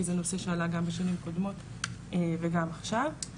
כי זה נושא שעלה גם בשנים קודמות וגם עכשיו.